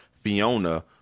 Fiona